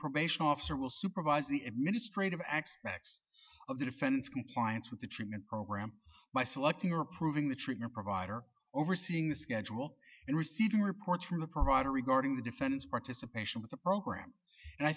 probation officer will supervise the administrative acts of the defense compliance with the treatment program by selecting or approving the trigger provider overseeing the schedule and receiving reports from the provider regarding the defendant's participation with the program and i